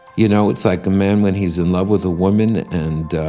you know, it's like a man when he's in love with a woman and